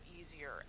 easier